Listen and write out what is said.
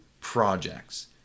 projects